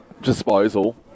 disposal